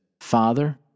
Father